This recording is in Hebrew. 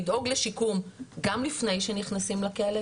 לדאוג לשיקום גם לפני שנכנסים לכלא,